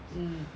mm